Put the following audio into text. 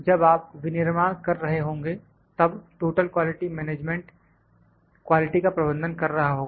जब आप विनिर्माण कर रहे होंगे तब टोटल क्वालिटी मैनेजमेंट क्वालिटी का प्रबंधन कर रहा होगा